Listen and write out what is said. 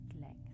length